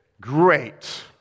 Great